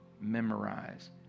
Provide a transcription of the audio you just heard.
memorize